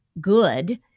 good